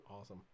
awesome